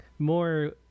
More